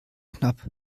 knapp